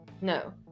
No